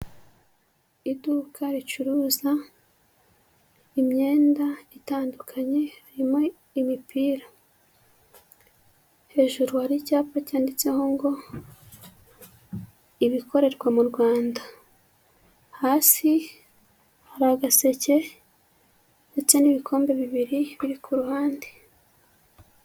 Iduka ricuruza imyenda itandukanye harimo imipira hejuru hari icyapa cyanditseho ngo ibikorerwa mu Rwanda hasi hari agaseke ndetse n'ibikombe bibiri biri ku ruhande.